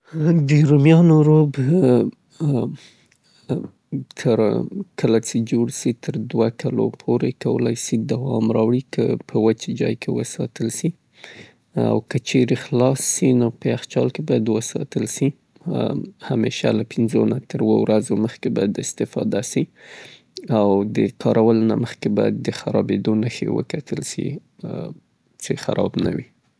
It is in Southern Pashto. د رومیانو ساس کولای سي څې هغه د چاپ سوې نیټې نه د قوطي پر سر باندې یوکال نه تر دوه کاله پورې دوام وکي، په یخ او وچ ځای کې باید وساتل سي. که چیرې خلاصیږي د یخچال د ننه له پنځو تر اووه ورځو پورې مخکې تر خرابیدونه بیا هم باید وکتل سي څې خراب نه وي.